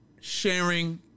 sharing